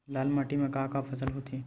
लाल माटी म का का फसल होथे?